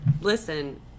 Listen